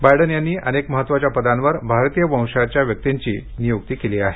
Biden यांनी अनेक महत्वाच्या पदांवर भारतीय वंशाच्या व्यक्तींची नियुक्ती केली आहे